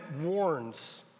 warns